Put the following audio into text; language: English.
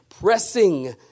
pressing